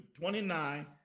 29